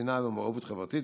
נתינה ומעורבות חברתית.